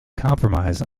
compromise